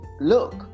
look